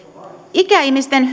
ikäihmisten